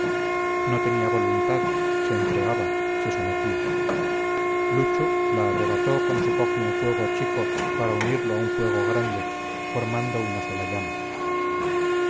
no tenía voluntad se entregaba se sometía luchu la arrebató como se coge un fuego chico para unirlo a un fuego grande formando una sola llama